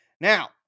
Now